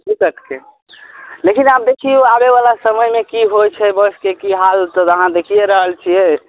लेकिन आब देखियौ आबै बला समयमे की होइ छै बसके की हाल से तऽ अहाँ देखिए रहल छियै